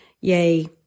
Yay